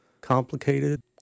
complicated